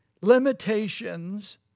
limitations